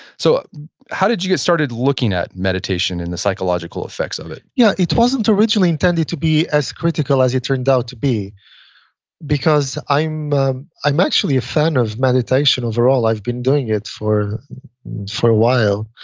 so how did you get started looking at meditation and the psychological effects of it? yeah it wasn't originally intended to be as critical as it turned out to be because i'm i'm actually a fan of meditation overall. i've been doing it for for a while.